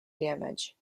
damage